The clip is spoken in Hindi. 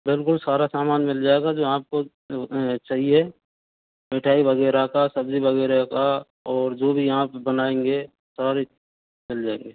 बिल्कुल सारा सामान मिल जाएगा जो आपको चाहिए मिठाई वगैरह का सब्जी वगैरह का और जो भी यहाँ पर बनाएंगे सारे मिल जाएंगे